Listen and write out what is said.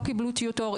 לא קיבלו טיוטור,